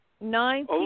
Nine